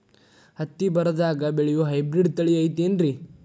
ಹತ್ತಿ ಬರದಾಗ ಬೆಳೆಯೋ ಹೈಬ್ರಿಡ್ ತಳಿ ಐತಿ ಏನ್ರಿ?